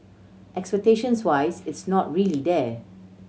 expectations wise it's not really there